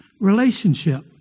relationship